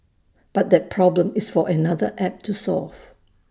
but that problem is for another app to solve